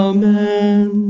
Amen